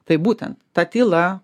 tai būtent ta tyla